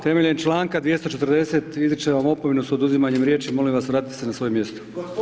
Temeljem članka 240. izričem vam opomenu s oduzimanjem riječi, molim vas, vratite se na svoje mjesto.